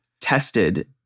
tested